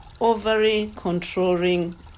ovary-controlling